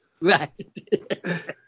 Right